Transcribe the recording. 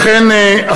אכן,